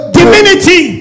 divinity